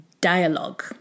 dialogue